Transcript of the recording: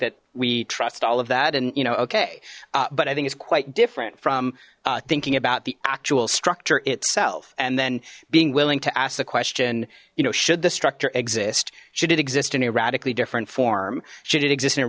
that we trust all of that and you know okay but i think it's quite different from thinking about the actual structure itself and then being willing to ask the question you know should the structure exist should it exist in a radically different form should it exist in